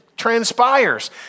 transpires